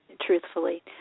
truthfully